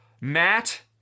Matt